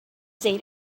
say